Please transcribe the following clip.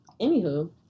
Anywho